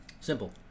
Simple